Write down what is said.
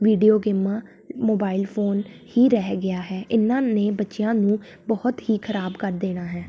video ਗੇਮਾਂ mobile phone ਹੀ ਰਹਿ ਗਿਆ ਹੈ ਇਹਨਾਂ ਨੇ ਬੱਚਿਆਂ ਨੂੰ ਬਹੁਤ ਹੀ ਖਰਾਬ ਕਰ ਦੇਣਾ ਹੈ